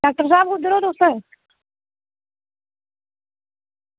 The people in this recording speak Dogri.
अज्ज डॉक्टर साहब कुद्धर ओ तुस